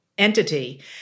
entity